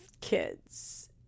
kids